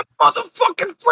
motherfucking